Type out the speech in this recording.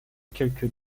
quelques